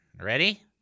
Ready